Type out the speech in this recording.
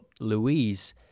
Louise